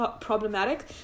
problematic